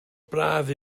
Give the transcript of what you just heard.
braf